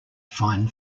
fine